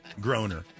groaner